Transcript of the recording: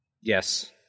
Yes